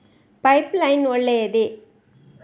Pipe line ಒಳ್ಳೆಯದೇ?